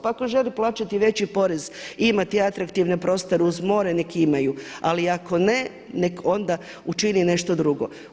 Pa tko želi plaćati veći porez i imati atraktivne prostore uz more nek imaju, ali ako ne nek onda učini nešto drugo.